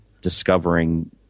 discovering